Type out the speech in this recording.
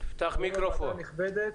ועדה נכבדת,